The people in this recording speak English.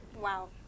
Wow